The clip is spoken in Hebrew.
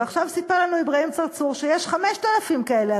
ועכשיו סיפר לנו אברהים צרצור שיש 5,000 כאלה.